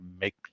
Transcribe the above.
make